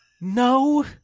No